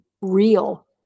real